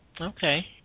Okay